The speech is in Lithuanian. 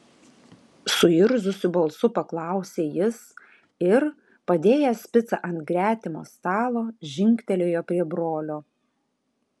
suirzusiu balsu paklausė jis ir padėjęs picą ant gretimo stalo žingtelėjo prie brolio